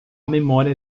memória